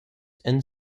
and